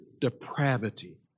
depravity